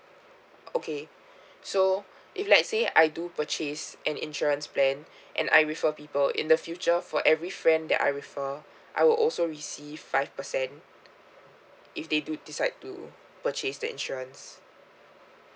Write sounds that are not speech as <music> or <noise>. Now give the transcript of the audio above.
okay <breath> so if let's say I do purchase an insurance plan <breath> and I refer people in the future for every friend that I refer I will also receive five percent if they do decide to purchase the insurance